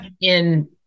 in-